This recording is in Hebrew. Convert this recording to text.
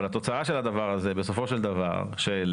אבל התוצאה של הדבר הזה היא שבסופו של דבר שכשלעסק